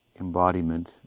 embodiment